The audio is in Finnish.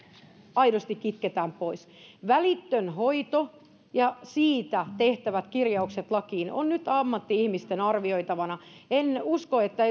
aidosti kitketään pois välitön hoito ja siitä tehtävät kirjaukset lakiin ovat nyt ammatti ihmisten arvioitavina en usko että